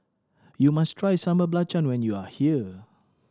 you must try Sambal Belacan when you are here